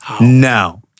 Now